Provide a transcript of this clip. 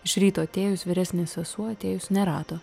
iš ryto atėjus vyresnė sesuo atėjus nerado